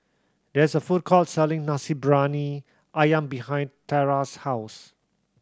there's a food court selling Nasi Briyani Ayam behind Terra's house